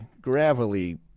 gravelly